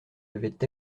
avaient